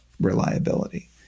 reliability